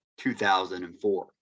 2004